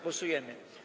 Głosujemy.